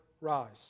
rise